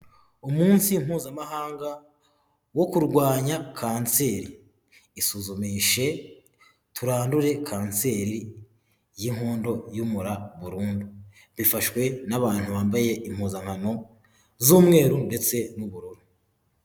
Umunsi mpuzamahanga wo kurwanya kanseri, isuzumishe turandure kanseri y'inkondo y'umura burundu, bifashwe n'abantu bambaye impuzankano z'umweru ndetse n'ubururu.